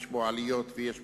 יש בו עליות ומורדות.